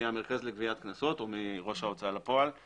אנחנו דנים היום שוב בהצעת החוק לתיקון פקודת העיריות (מס' 149)